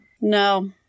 No